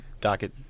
Docket